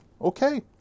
Okay